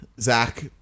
Zach